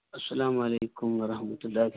السلام علیکم ورحمتہ اللہ